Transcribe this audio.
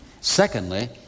Secondly